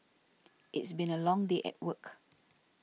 it's been a long day at work